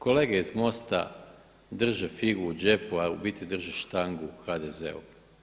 Kolege iz MOST-a drže figu u džepu a u biti drže štangu HDZ-u.